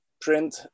print